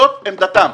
זאת עמדתם.